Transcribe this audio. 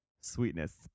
Sweetness